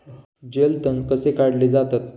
जलतण कसे काढले जातात?